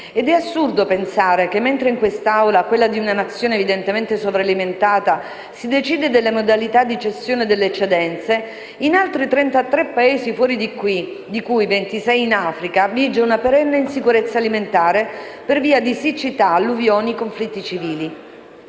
Ed è assurdo pensare che mentre in quest'Assemblea - quella di una nazione evidentemente sovralimentata - si decide delle modalità di cessione delle eccedenze, in altri 33 Paesi fuori di qui, di cui 26 in Africa, vige una perenne insicurezza alimentare per via di siccità, alluvioni, conflitti civili.